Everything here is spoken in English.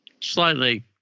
slightly